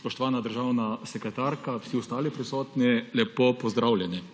spoštovana državna sekretarka, vsi ostali prisotni, lepo pozdravljeni!